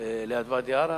ליד ואדי-עארה?